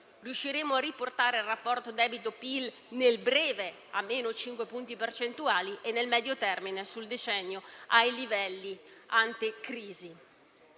riusciremo a riportare il rapporto debito PIL nel breve termine a meno 5 punti percentuali e nel medio, sul decennio, ai livelli ante crisi.